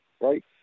right